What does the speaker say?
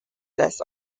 less